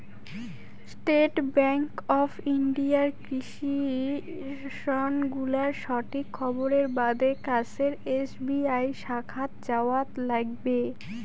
state bank of ইন্ডিয়ার কৃষি ঋণ গুলার সঠিক খবরের বাদে কাছের এস.বি.আই শাখাত যাওয়াৎ লাইগবে